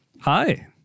Hi